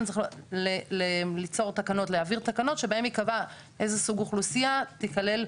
צריך לקבוע תקנות שבהן ייקבע איזה סוג אוכלוסייה תיכלל.